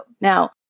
Now